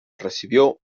recibió